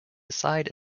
aside